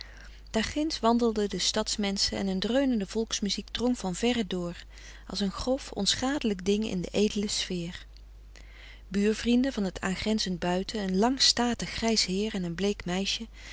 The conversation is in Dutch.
ginds wandelden de stadsmenschen en een dreunende volksmuziek drong van verre door als een grof onschadelijk ding in de edele sfeer buurvrienden van het aangrenzend buiten een lang statig grijs heer en een bleek meisje